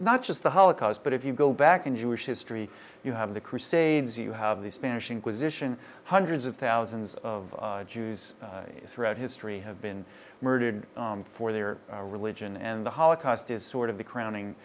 not just the holocaust but if you go back in jewish history you have the crusades you have the spanish inquisition hundreds of thousands of jews throughout history have been murdered for their religion and the holocaust is sort of the crowning